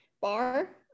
Bar